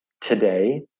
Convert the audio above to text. today